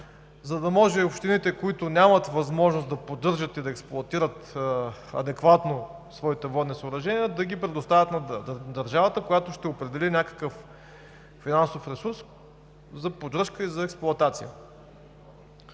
за да може общините, които нямат възможност да поддържат и да експлоатират адекватно своите водни съоръжения, да ги предоставят на държавата, която ще определи някакъв финансов ресурс за поддръжка и за експлоатация.